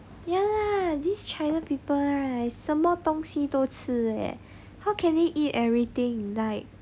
ya lah these china people right 什么东西都吃 leh how can they eat everything like